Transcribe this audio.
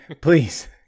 Please